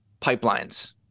pipelines